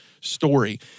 story